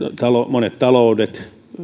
monet